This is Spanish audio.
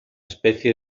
especie